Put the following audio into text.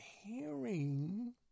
hearing